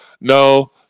No